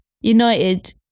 United